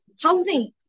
housing